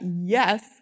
yes